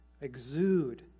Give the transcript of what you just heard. exude